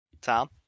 Tom